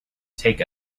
take